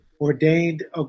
ordained